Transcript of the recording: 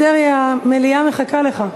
המליאה מחכה לך.